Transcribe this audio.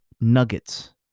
nuggets